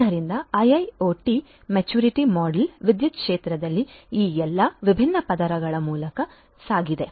ಆದ್ದರಿಂದ IIoT maturity model ವಿದ್ಯುತ್ ಕ್ಷೇತ್ರದಲ್ಲಿ ಈ ಎಲ್ಲಾ ವಿಭಿನ್ನ ಪದರಗಳ ಮೂಲಕ ಸಾಗಿದೆ